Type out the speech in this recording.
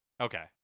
Okay